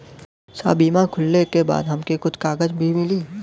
साहब बीमा खुलले के बाद हमके कुछ कागज भी मिली?